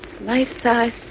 Life-size